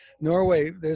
Norway